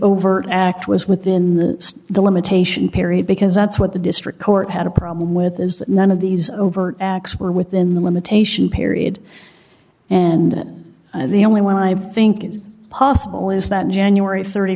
overt act was within the the limitation period because that's what the district court had a problem with is that none of these overt acts were within the limitation period and the only way i think it's possible is that in january